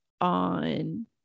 on